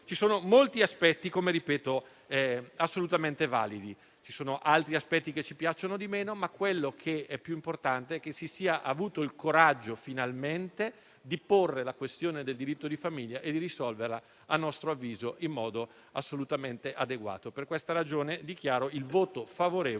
Ci sono molti aspetti assolutamente validi. Ci sono altri aspetti che ci piacciono di meno, ma quello che è più importante è che si sia avuto il coraggio finalmente di porre la questione del diritto di famiglia e di risolverla - a nostro avviso - in modo assolutamente adeguato. Per questa ragione dichiaro il voto favorevole